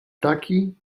taki